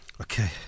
Okay